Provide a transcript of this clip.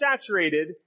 saturated